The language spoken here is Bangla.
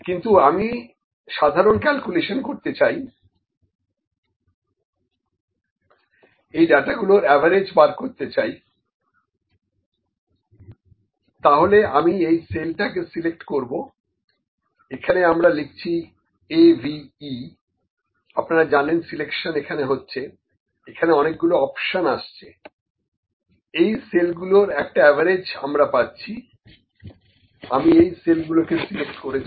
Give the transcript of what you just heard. কিন্তু আমি সাধারণ ক্যালকুলেশন করতে চাই এই ডাটাগুলোর dataঅ্যাভারেজ বার করতে চাই তাহলে আমি এই সেলটাকে সিলেক্ট করবো এখানে আমরা লিখছি AVE আপনারা জানেন সিলেকশন এখানে হচ্ছে এখানে অনেকগুলো অপশন আসছে এই সেলগুলোর একটা অ্যাভারেজ আমরা পাচ্ছি আমি এই সেলগুলোকে সিলেক্ট করেছি